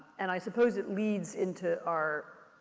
and i suppose it leads into our,